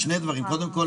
שני דברים קודם כל,